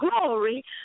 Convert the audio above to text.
glory